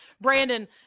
brandon